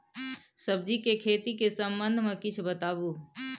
सब्जी के खेती के संबंध मे किछ बताबू?